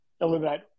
Eliminate